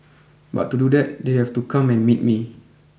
but to do that they have to come and meet me